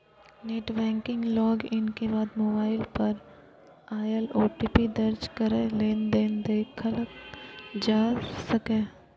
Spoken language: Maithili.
नेट बैंकिंग लॉग इन के बाद मोबाइल पर आयल ओ.टी.पी दर्ज कैरके लेनदेन देखल जा सकैए